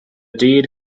deed